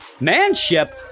Manship